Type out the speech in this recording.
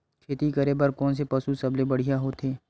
खेती करे बर कोन से पशु सबले बढ़िया होथे?